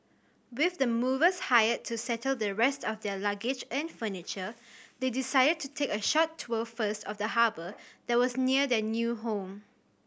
with the movers hired to settle the rest of their luggage and furniture they decided to take a short tour first of the harbour that was near their new home